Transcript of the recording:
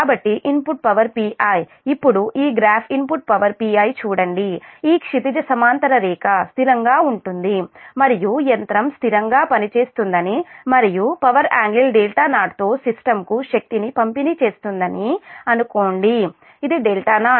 కాబట్టి input power Pi ఇప్పుడు ఈ గ్రాఫ్ ఇన్పుట్ పవర్ Pi చూడండి ఈ క్షితిజ సమాంతర రేఖ స్థిరంగా ఉంటుంది మరియు యంత్రం స్థిరంగా పనిచేస్తుందని మరియు పవర్ యాంగిల్ δ0 తో సిస్టం కు శక్తిని పంపిణీ చేస్తుందని అనుకోండి ఇది δ0